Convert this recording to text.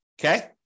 Okay